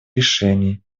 решений